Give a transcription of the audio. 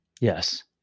Yes